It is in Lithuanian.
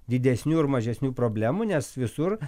didesnių ir mažesnių problemų nes visur